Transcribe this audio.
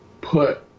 put